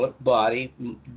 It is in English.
body